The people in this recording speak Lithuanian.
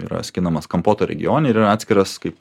yra skinamas kampoto regione ir yra atskiras kaip